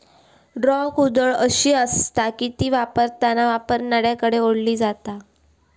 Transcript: draw कुदळ अशी आसता की ती वापरताना वापरणाऱ्याकडे ओढली जाता